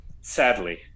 sadly